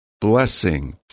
blessing